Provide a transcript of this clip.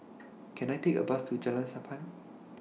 Can I Take A Bus to Jalan Sappan